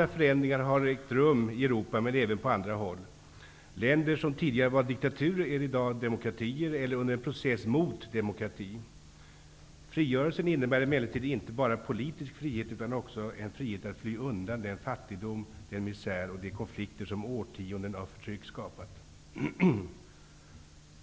Fundamentala förändringar har ägt rum i Europa men även på andra håll. Länder som tidigare var diktaturer är i dag demokratier eller under en process mot demokrati. Frigörelsen innebär emellertid inte bara politisk frihet utan också en frihet att fly undan den fattigdom, den misär och de konflikter som årtionden av förtryck skapat.